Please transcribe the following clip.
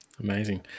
amazing